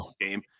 game